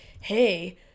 hey